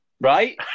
right